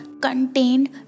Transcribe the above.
contained